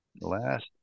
Last